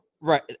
Right